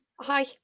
hi